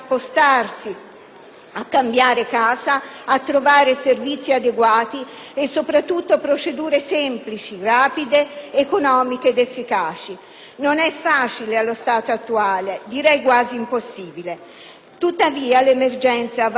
a cambiare casa, a trovare servizi adeguati e soprattutto procedure semplici, rapide, economiche ed efficaci. Non è facile allo stato attuale, direi quasi impossibile. Tuttavia l'emergenza va affrontata